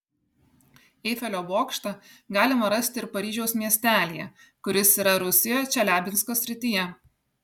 eifelio bokštą galima rasti ir paryžiaus miestelyje kuris yra rusijoje čeliabinsko srityje